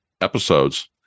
episodes